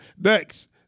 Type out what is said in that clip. Next